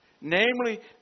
Namely